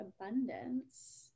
abundance